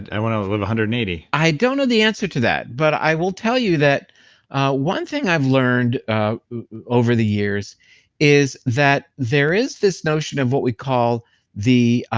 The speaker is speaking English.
i wanna live one hundred and eighty. i don't know the answer to that, but i will tell you that one thing i've learned over the years is that there is this notion of what we call the